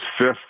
fifth